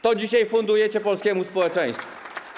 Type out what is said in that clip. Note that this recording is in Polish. To dzisiaj fundujecie polskiemu społeczeństwu.